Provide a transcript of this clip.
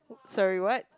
sorry what